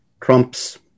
Trump's